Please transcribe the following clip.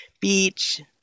beach